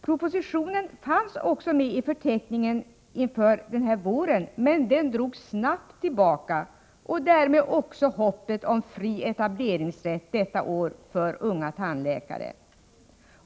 Propositionen fanns också med i förteckningen inför denna vår men drogs snabbt tillbaka och därmed också hoppet om fri etableringsrätt detta år för unga tandläkare.